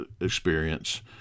experience